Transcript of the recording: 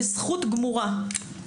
בזכות גמורה.